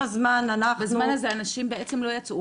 בזמן הזה אנשים בעצם לא יצאו,